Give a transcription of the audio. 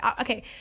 Okay